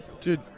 dude